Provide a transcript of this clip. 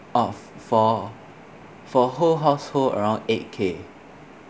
oh for for whole household around eight K